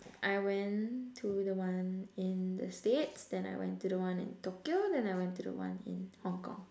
I went to the one in the States then I went to the one in Tokyo then I went to the one in Hong-Kong